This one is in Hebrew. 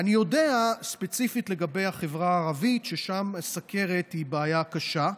אני יודע ספציפית לגבי החברה הערבית ששם הסוכרת היא בעיה קשה,